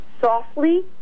softly